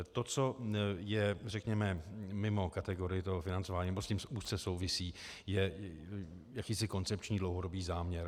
To, co je, řekněme, mimo kategorii toho financování nebo s tím úzce souvisí, je jakýsi koncepční dlouhodobý záměr.